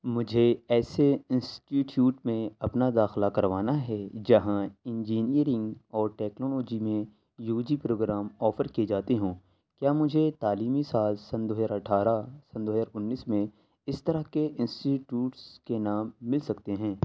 مجھے ایسے institute میں اپنا داخلہ کروانا ہے جہاں انجینئرنگ اور ٹیکنالوجی میں یو جی پروگرام آفر کیے جاتے ہوں کیا مجھے تعلیمی سال سن دو ہزار اٹھارہ سن دو ہزار انیس میں اس طرح کے انسٹی ٹیوٹس کے نام مل سکتے ہیں